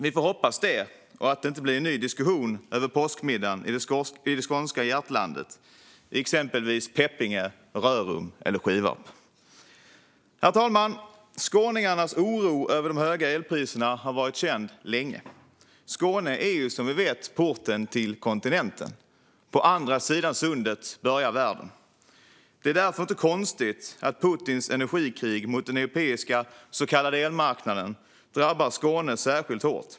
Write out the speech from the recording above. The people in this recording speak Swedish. Vi får hoppas det så att det inte behöver bli en ny diskussion över påskmiddagen i det skånska hjärtlandet, till exempel i Peppinge, Rörum eller Skivarp. Herr talman! Skåningarnas oro över de höga elpriserna har varit känd länge. Skåne är som vi vet porten till kontinenten. På andra sidan sundet börjar världen. Det är därför inte konstigt att Putins energikrig mot den europeiska så kallade elmarknaden drabbar Skåne särskilt svårt.